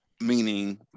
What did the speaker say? Meaning